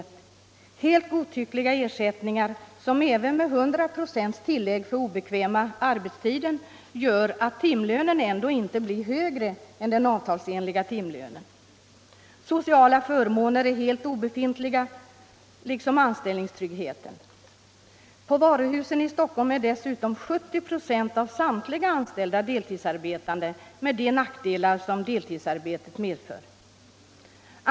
Det utgår helt godtyckliga ersättningar, som även med 100 96 tillägg för den obekväma arbetstiden gör att timlönen ändå inte blir högre än avtalsenlig timlön. Sociala förmåner är helt obefintliga, liksom anställningstryggheten. På varuhusen i Stockholm är dessutom 70 96 av samtliga anställda deltidsarbetande med de nackdelar som del tidsarbetet medför.